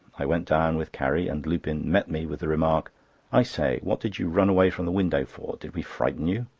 i went down with carrie, and lupin met me with the remark i say, what did you run away from the window for? did we frighten you?